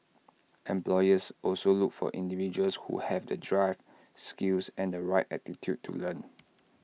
employers also look for individuals who have the drive skills and the right attitude to learn